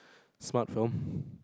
smart films